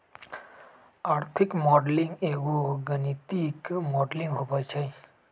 आर्थिक मॉडलिंग एगो गणितीक मॉडलिंग होइ छइ